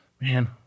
man